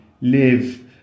live